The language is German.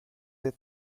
der